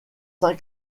saint